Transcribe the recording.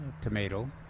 tomato